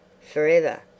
Forever